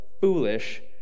foolish